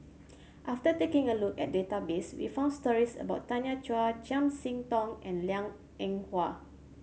after taking a look at the database we found stories about Tanya Chua Chiam See Tong and Liang Eng Hwa